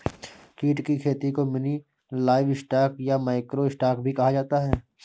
कीट की खेती को मिनी लाइवस्टॉक या माइक्रो स्टॉक भी कहा जाता है